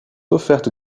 offertes